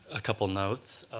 a couple notes,